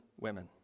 women